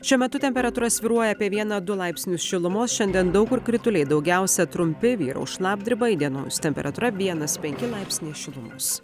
šiuo metu temperatūra svyruoja apie viena du laipsnius šilumos šiandien daug kur krituliai daugiausia trumpi vyraus šlapdriba įdienojus temperatūra vienas penki laipsniai šilumos